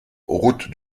route